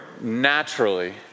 naturally